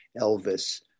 Elvis